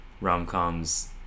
rom-coms